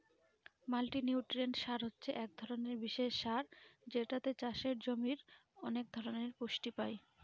multinutrient সার হছে এক ধরনের বিশেষ সার যেটাতে চাষের জমির অনেক ধরনের পুষ্টি পাই